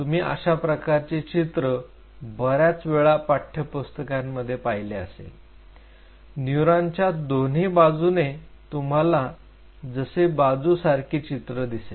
तूम्ही अशा प्रकारचे चित्र बर्याच वेळा पाठ्यपुस्तकांमध्ये पाहिले असेल न्यूरॉन च्या दोन्ही बाजूने तुम्हाला असे बाजू सारखी चित्र दिसेल